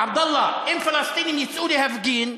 עבדאללה, אם פלסטינים יצאו להפגין,